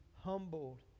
humbled